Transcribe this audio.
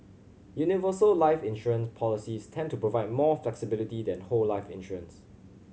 universal life insurance policies tend to provide more flexibility than whole life insurance